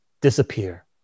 disappear